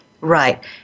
Right